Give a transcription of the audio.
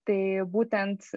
tai būtent